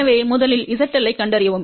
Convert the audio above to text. எனவே முதலில் zL ஐக் கண்டறியவும்